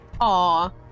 aw